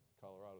Colorado